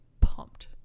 pumped